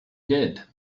did